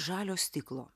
žalio stiklo